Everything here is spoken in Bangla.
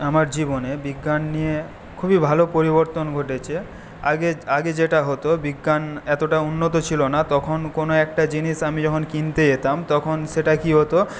আমার জীবনে বিজ্ঞান নিয়ে খুবই ভালো পরিবর্তন ঘটেছে আগে আগে যেটা হত বিজ্ঞান এতটা উন্নত ছিল না তখন কোনো একটা জিনিস আমি যখন কিনতে যেতাম তখন সেটা কি হত